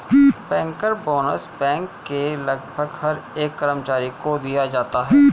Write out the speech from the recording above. banker bonus bank के लगभग हर एक कर्मचारी को दिया जाता है